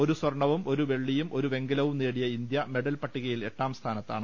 ഒരു സ്വർണവും ഒരു വെള്ളിയും ഒരു വെങ്കലവും നേടിയ ഇന്ത്യ മെഡൽ പട്ടികയിൽ എട്ടാം സ്ഥാനത്താണ്